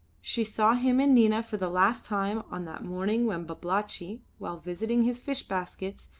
she saw him and nina for the last time on that morning when babalatchi, while visiting his fish baskets,